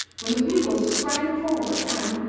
when the pupil sprang forward and,